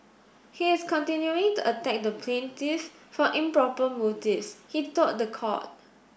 he is continuing to attack the plaintiff for improper motives he told the court